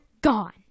gone